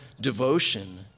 devotion